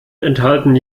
enthalten